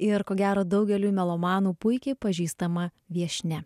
ir ko gero daugeliui melomanų puikiai pažįstama viešnia